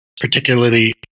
particularly